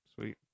Sweet